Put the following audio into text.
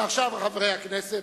ועכשיו חברי הכנסת,